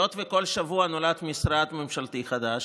היות שכל שבוע נולד משרד ממשלתי חדש,